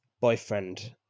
boyfriend